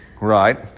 Right